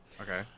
Okay